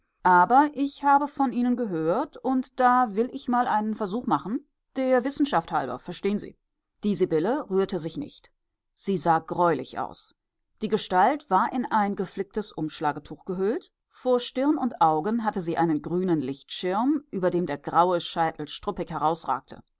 aber ich habe von ihnen gehört und da will ich mal einen versuch machen der wissenschaft halber verstehen sie die sibylle rührte sich nicht sie sah greulich aus die gestalt war in ein geflicktes umschlagetuch gehüllt vor stirn und augen hatte sie einen grünen lichtschirm über dem der graue scheitel struppig herausragte